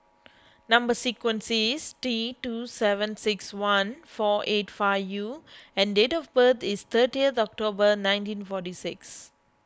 Number Sequence is T two seven six one four eight five U and date of birth is thirtieth October nineteen forty six